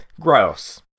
gross